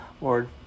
Lord